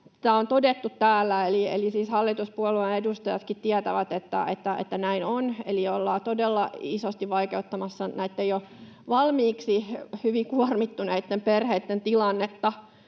tämä on todettu täällä — niin siis hallituspuolueidenkin edustajat tietävät, että näin on. Eli ollaan todella isosti vaikeuttamassa näitten jo valmiiksi hyvin kuormittuneitten perheitten tilannetta.